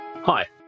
Hi